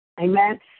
Amen